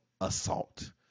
assault